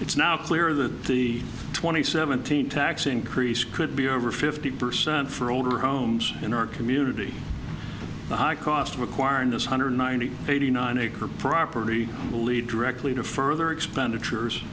it's now clear that the twenty seventeen tax increase could be over fifty percent for older homes in our community the high cost of acquiring those hundred ninety eighty nine eight her property will lead directly to further expenditures